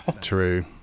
true